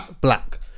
black